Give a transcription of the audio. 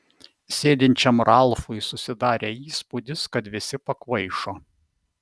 sėdinčiam ralfui susidarė įspūdis kad visi pakvaišo